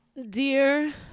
Dear